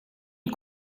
une